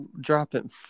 dropping